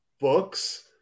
books